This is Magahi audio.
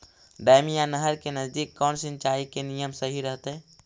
डैम या नहर के नजदीक कौन सिंचाई के नियम सही रहतैय?